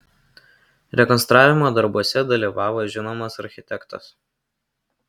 rekonstravimo darbuose dalyvavo žinomas architektas